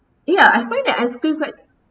ya I find that ice cream quite